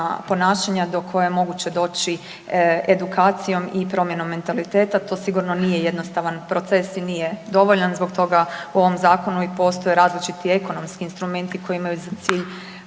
ponašanja do koje je moguće doći edukacijom i promjenom mentaliteta. To sigurno nije jednostavan proces nije dovoljan zbog toga u ovom zakonu i postoje različiti ekonomski instrumenti koji imaju za cilj